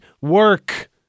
work